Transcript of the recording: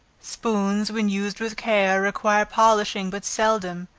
spoons when used with care, require polishing but seldom,